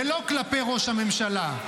ולא כלפי ראש הממשלה.